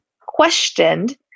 questioned